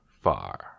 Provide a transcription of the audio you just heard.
far